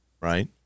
right